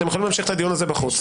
אתם יכולים להמשיך את הדיון הזה בחוץ.